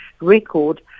record